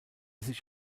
sich